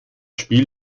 spiel